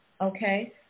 okay